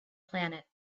planet